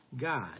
God